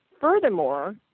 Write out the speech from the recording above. Furthermore